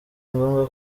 ngombwa